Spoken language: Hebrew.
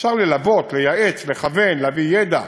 אפשר ללוות, לייעץ, לכוון, להביא ידע.